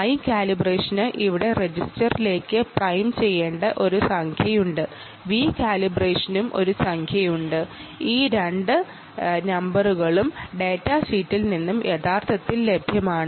i കാലിബ്രേഷന് അവിടെ രജിസ്റ്ററിലേക്ക് പ്രൈം ചെയ്യേണ്ട ഒരു സംഖ്യയുണ്ട് v കാലിബ്രേഷനും ഒരു സംഖ്യയുണ്ട് ഈ രണ്ട് നമ്പറുകളും ഡാറ്റാഷീറ്റിൽ നിന്ന് ലഭ്യമാണ്